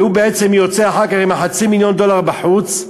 והוא בעצם יוצא אחר כך עם חצי מיליון הדולר בחוץ,